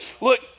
Look